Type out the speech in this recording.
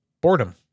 boredom